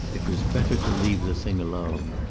it was better to leave the thing alone.